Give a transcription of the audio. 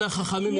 אנא חכמים,